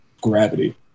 Gravity